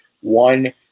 One